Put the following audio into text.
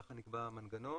ככה נקבע המנגנון.